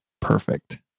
perfect